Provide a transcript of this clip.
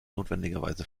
notwendigerweise